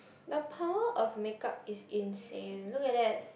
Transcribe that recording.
the power of makeup is insane look at that